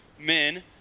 men